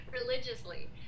religiously